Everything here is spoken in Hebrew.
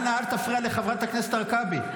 אנא אל תפריע לחברת הכנסת הרכבי.